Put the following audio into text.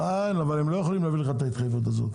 הם לא יכולים לתת לך את ההתחייבות הזאת.